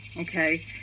okay